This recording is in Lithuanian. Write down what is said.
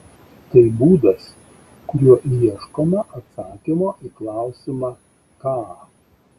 tai būdas kuriuo ieškoma atsakymo į klausimą ką